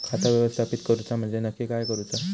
खाता व्यवस्थापित करूचा म्हणजे नक्की काय करूचा?